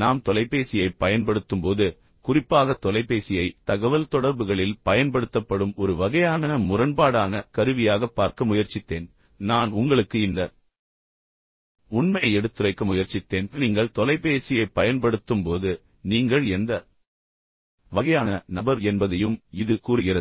நாம் தொலைபேசியைப் பயன்படுத்தும்போது குறிப்பாக தொலைபேசியை தகவல்தொடர்புகளில் பயன்படுத்தப்படும் ஒரு வகையான முரண்பாடான கருவியாகப் பார்க்க முயற்சித்தேன் நான் உங்களுக்கு இந்த உண்மையை எடுத்துரைக்க முயற்சித்தேன்நீங்கள் தொலைபேசியைப் பயன்படுத்தும்போது நீங்கள் எந்த வகையான நபர் என்பதையும் இது கூறுகிறது